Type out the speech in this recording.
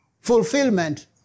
fulfillment